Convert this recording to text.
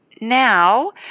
Now